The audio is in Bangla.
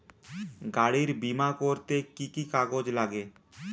গাড়ীর বিমা করতে কি কি কাগজ লাগে?